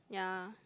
yeah